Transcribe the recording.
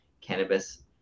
cannabis